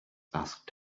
asked